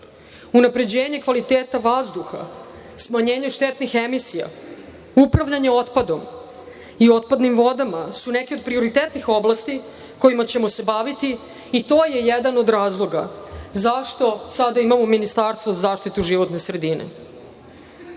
Unapređenje kvaliteta vazduha, smanjenje štetnih emisija, upravljanje otpadom i otpadnim vodama su neke od prioritetnih oblasti kojima ćemo se baviti i to je jedan o razloga zašto sada imamo Ministarstvo za zaštitu životne sredine.